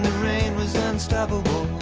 rain was unstoppable